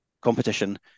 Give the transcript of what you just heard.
competition